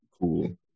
Cool